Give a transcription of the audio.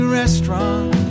restaurant